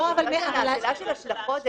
לא, אבל זה שאלה של השלכות.